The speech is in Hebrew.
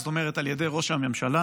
זאת אומרת על ידי ראש הממשלה,